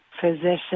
physician